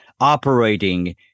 operating